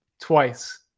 twice